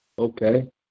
Okay